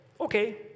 okay